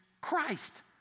Christ